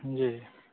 जी